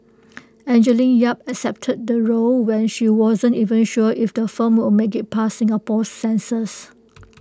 Angeline yap accepted the role when she wasn't even sure if the film will make IT past Singapore's censors